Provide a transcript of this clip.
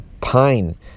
pine